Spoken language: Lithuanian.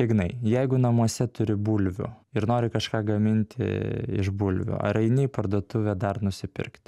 ignai jeigu namuose turi bulvių ir nori kažką gaminti iš bulvių ar eini į parduotuvę dar nusipirkti